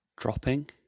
Dropping